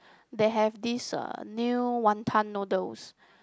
they have this uh new wanton noodles